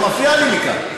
אתה מפריע לי מכאן.